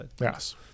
Yes